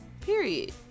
period